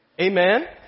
Amen